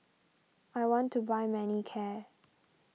I want to buy Manicare